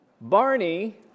Barney